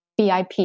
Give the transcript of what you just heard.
VIP